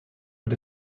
but